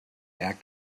act